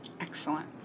Excellent